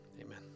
amen